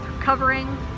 covering